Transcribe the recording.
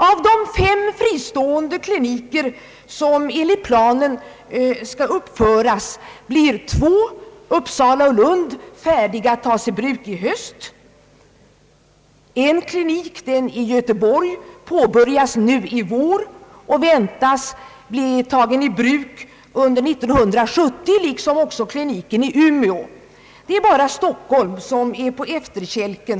Av de fem fristående kliniker, som skall uppföras enligt planen, blir två, Uppsala och Lund, färdiga att tas i bruk 1 höst. En klinik, den i Göteborg, påbörjas nu i vår och väntas bli tagen i bruk under 1970, liksom också kliniken i Umeå. Det är bara Stockholm som är på efterkälken.